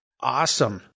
awesome